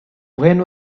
when